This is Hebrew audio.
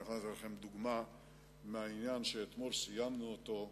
אני יכול לתת לכם דוגמה מהעניין שסיימנו אתמול,